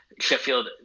Sheffield